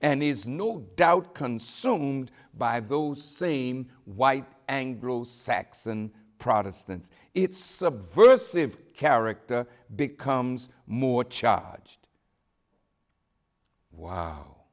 is no doubt consumed by those same white anglo saxon protestant it's subversive character becomes more charge to wow